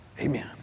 Amen